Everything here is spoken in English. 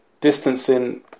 distancing